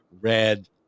red